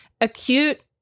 acute